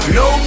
no